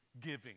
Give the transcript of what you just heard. giving